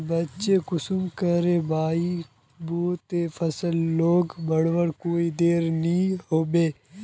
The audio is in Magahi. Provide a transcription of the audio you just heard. बिच्चिक कुंसम करे बोई बो ते फसल लोक बढ़वार कोई देर नी होबे?